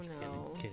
no